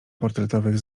portretowych